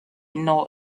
nor